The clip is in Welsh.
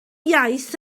iaith